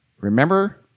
Remember